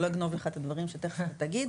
אני לא אגנוב לך את הדברים שתכף תגיד,